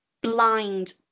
blind